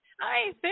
Hi